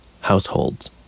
households